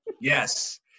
Yes